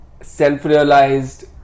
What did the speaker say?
self-realized